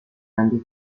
grandi